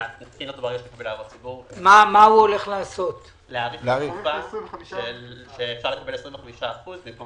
הוא הולך להאריך את התקופה שאפשר לקבל 25% במקום